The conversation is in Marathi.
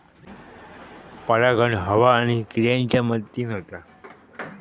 परागण हवा आणि किड्यांच्या मदतीन होता